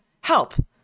help